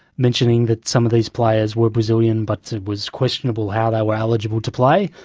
mentioning that some of these players were brazilian but it was questionable how they were eligible to play.